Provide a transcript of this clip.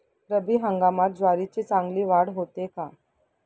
रब्बी हंगामात ज्वारीची चांगली वाढ होते का?